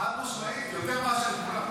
חד-משמעית, יותר מאשר לכולם.